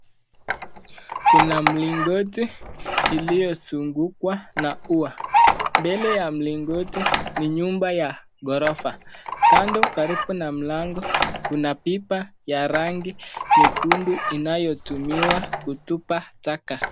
Kuna mlingoti iliyosungukwa na ua, mbele ya mlingoti ni nyumba ya ghorofa, kando karibu na mlango kuna pipa ya rangi nyekundu inayotumiwa kutupa taka.